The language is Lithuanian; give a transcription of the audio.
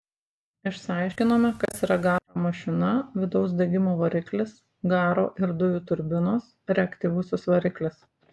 išsiaiškinome kas yra garo mašina vidaus degimo variklis garo ir dujų turbinos reaktyvusis variklis